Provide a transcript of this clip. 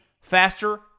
faster